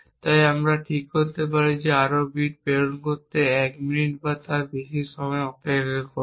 তাই আমরা ঠিক করতে পারি আরও বিট প্রেরণ করা দেখতে এক মিনিট বা তার বেশি সময় অপেক্ষা করুন